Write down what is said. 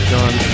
John